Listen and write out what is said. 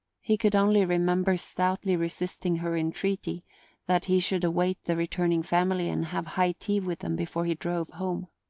he could only remember stoutly resisting her entreaty that he should await the returning family and have high tea with them before he drove home.